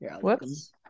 whoops